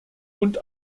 und